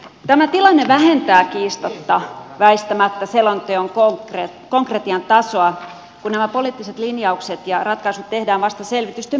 tämä tilanne vähentää kiistatta väistämättä selonteon konkretian tasoa kun nämä poliittiset linjaukset ja ratkaisut tehdään vasta selvitysten päätyttyä